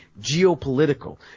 Geopolitical